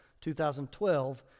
2012